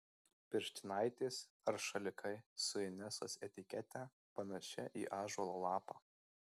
pirštinaitės ar šalikai su inesos etikete panašia į ąžuolo lapą